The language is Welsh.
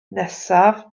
nesaf